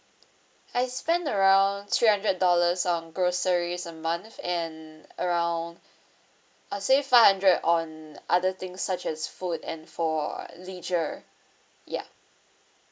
I spend around three hundred dollars on groceries a month and around I'd say five hundred on other things such as food and for leisure ya